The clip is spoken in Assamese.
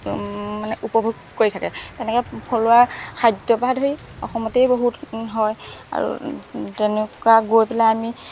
মানে উপভোগ কৰি থাকে তেনেকৈ থলুৱা খাদ্য পা ধৰি অসমতেই বহুত হয় আৰু তেনেকুৱা গৈ পেলাই আমি